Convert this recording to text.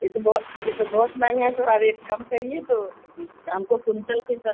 ये तो बहुत ये तो बहुत महंगा है थोड़ा रेट कम करिए तो हमको कुंटल के हिसाब